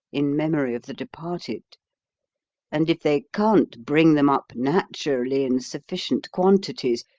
in memory of the departed and if they can't bring them up naturally in sufficient quantities,